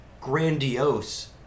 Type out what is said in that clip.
grandiose